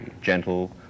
gentle